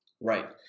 Right